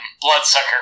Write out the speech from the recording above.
Bloodsucker